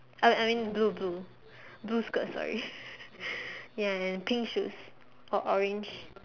uh I mean blue blue blue skirt sorry ya and pink shoes or orange